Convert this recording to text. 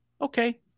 okay